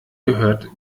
gehört